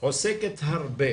עוסקת הרבה